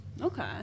Okay